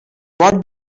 what